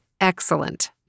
excellent